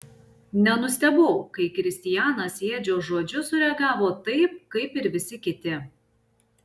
nenustebau kai kristianas į edžio žodžius sureagavo taip kaip ir visi kiti